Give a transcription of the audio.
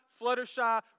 Fluttershy